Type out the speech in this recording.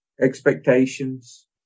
expectations